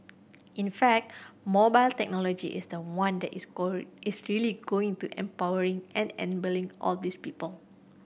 in fact mobile technology is the one that is going is really going to empowering and enabling all these people